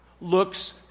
looks